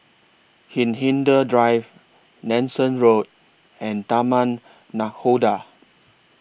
Hindhede Drive Nanson Road and Taman Nakhoda